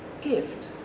gift